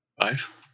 Five